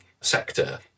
sector